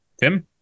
Tim